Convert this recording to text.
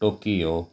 Tokyo